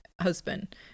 husband